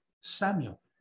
Samuel